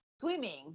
Swimming